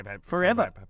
forever